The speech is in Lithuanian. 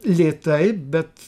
lėtai bet